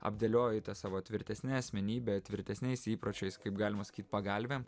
apdėlioji ta savo tvirtesne asmenybe tvirtesniais įpročiais kaip galima sakyt pagalvėm